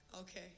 okay